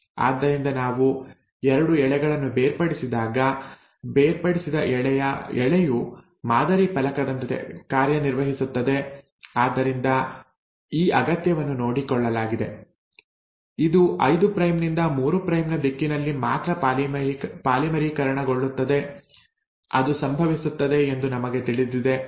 ಆದ್ದರಿಂದ ನಾವು 2 ಎಳೆಗಳನ್ನು ಬೇರ್ಪಡಿಸಿದಾಗ ಬೇರ್ಪಡಿಸಿದ ಎಳೆಯು ಮಾದರಿ ಫಲಕದಂತೆ ಕಾರ್ಯನಿರ್ವಹಿಸುತ್ತದೆ ಆದ್ದರಿಂದ ಈ ಅಗತ್ಯವನ್ನು ನೋಡಿಕೊಳ್ಳಲಾಗಿದೆ ಇದು 5 ಪ್ರೈಮ್ ನಿಂದ 3 ಪ್ರೈಮ್ ನ ದಿಕ್ಕಿನಲ್ಲಿ ಮಾತ್ರ ಪಾಲಿಮರೀಕರಣಗೊಳ್ಳುತ್ತದೆ ಅದು ಸಂಭವಿಸುತ್ತದೆ ಎಂದು ನಮಗೆ ತಿಳಿದಿದೆ